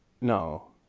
No